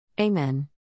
Amen